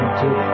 two